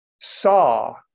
saw